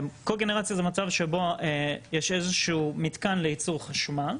קוגנרציה זה מצב שבו יש איזשהו מתקן לייצור חשמל,